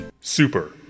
Super